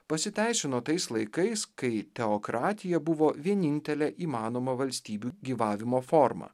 pasiteisino tais laikais kai teokratija buvo vienintelė įmanoma valstybių gyvavimo forma